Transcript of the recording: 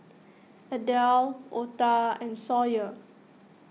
Adel Ota and Sawyer